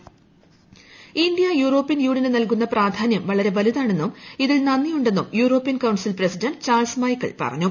മ്ഇന്തൃ European യൂണിന് നല്കുന്ന പ്രാധാനൃം വളരെ വലുതാണെന്നും ഇതിൽ നന്ദിയുണ്ടെന്നും European council president Charles Michel പറഞ്ഞു